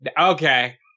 Okay